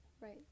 Right